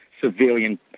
civilian